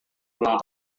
ulang